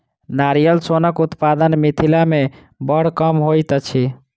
नारियल सोनक उत्पादन मिथिला मे बड़ कम होइत अछि